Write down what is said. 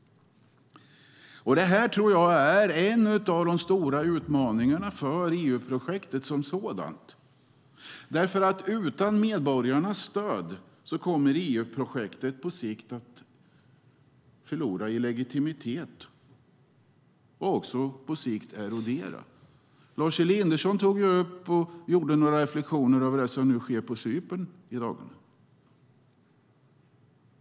Detta är en av de stora utmaningarna i EU-projektet som sådant. Utan medborgarnas stöd kommer EU-projektet på sikt att förlora i legitimitet och erodera. Lars Elinderson gjorde några reflexioner över det som nu sker på Cypern.